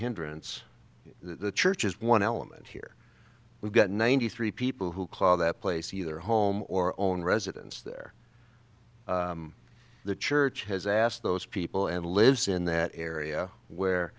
hindrance the church is one element here we've got ninety three people who call that place either home or own residence there the church has asked those people and lives in that area where